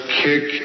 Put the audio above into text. kick